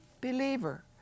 believer